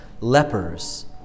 lepers